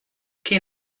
can